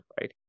right